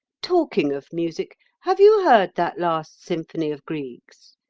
talking of music, have you heard that last symphony of grieg's?